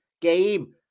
game